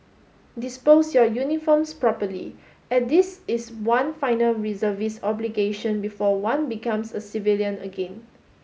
dispose your uniforms properly as this is one final reservist obligation before one becomes a civilian again